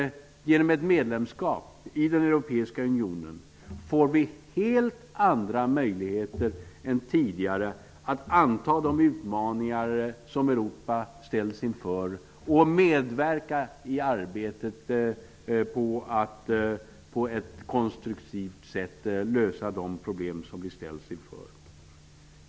Genom medlemskap i den europeiska unionen får vi helt andra möjligheter än tidigare att anta de utmaningar som Europa ställs inför och medverka i arbetet att på ett konstruktivt sätt lösa de problem som vi ställs inför.